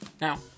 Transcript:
Now